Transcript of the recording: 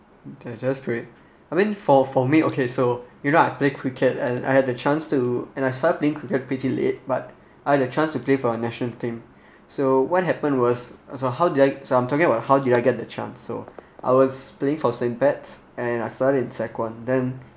they're just great I mean for for me okay so you know I play cricket and I had the chance to and I started playing cricket pretty late but I had a chance to play for the national team so what happened was uh so how did I so I'm talking about how did I get the chance so I was playing for saint pats and I started in then